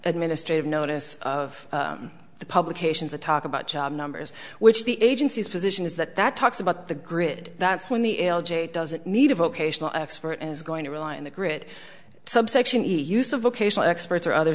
administrative notice of the publications a talk about job numbers which the agencies position is that that talks about the grid that's when the l g doesn't need a vocational expert is going to rely on the grid subsection use of vocational experts or other